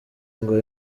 ngo